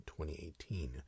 2018